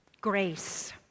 Grace